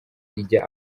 ijya